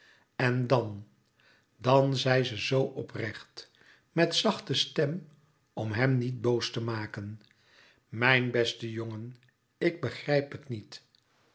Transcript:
en dan dan zei ze zoo oprecht met zachte stem om hem niet boos te maken mijn beste jongen ik begrijp het niet